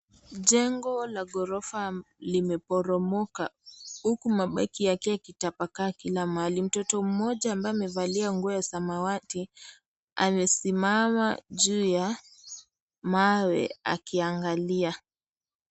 Jengo la ghorofa limeporomoka. Huku mabaki yake yakitapakaa kila mahali. Mtoto mmoja ambaye amevalia nguo ya samawati amesimama juu ya mawe akiangalia.